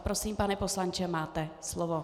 Prosím, pane poslanče, máte slovo.